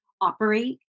operate